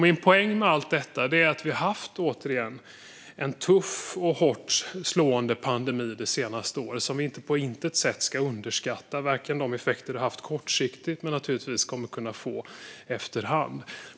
Min poäng med allt detta är återigen att vi har haft en tuff och hårt slående pandemi det senaste året, som vi på intet sätt ska underskatta - varken de effekter den har haft kortsiktigt eller de effekter den kommer att kunna få efterhand.